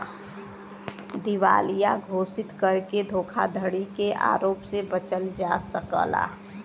दिवालिया घोषित करके धोखाधड़ी के आरोप से बचल जा सकला